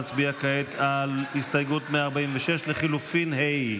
נצביע כעת על הסתייגות 146 לחלופין ה'.